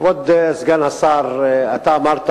כבוד סגן השר, אמרת